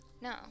No